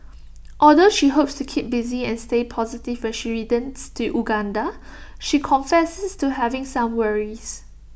although she hopes to keep busy and stay positive when she returns to Uganda she confesses to having some worries